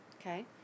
Okay